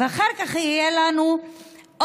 ואחר כך יהיה לנו עוד